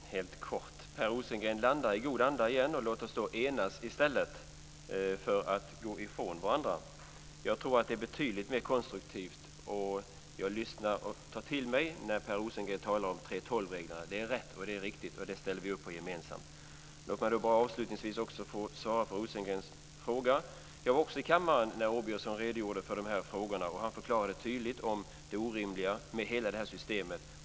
Herr talman! Helt kort. Per Rosengren landar i god anda igen. Låt oss då enas i stället för att gå ifrån varandra. Jag tror att det är betydligt mer konstruktivt. Jag lyssnar och tar till mig när Per Rosengren talar om 3:12-reglerna. Det är rätt och riktigt, och det ställer vi upp på gemensamt. Låt mig bara avslutningsvis också få svara på Per Rosengrens fråga. Jag var också i kammaren när Rolf Åbjörnsson redogjorde för de här frågorna, och han förklarade tydligt det orimliga med hela det här systemet.